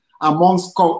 amongst